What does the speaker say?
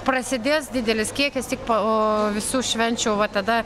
prasidės didelis kiekis tik po visų švenčių va tada